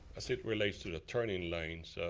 as it relates to the turning lanes, so